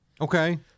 Okay